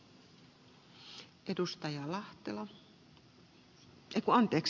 arvoisa puhemies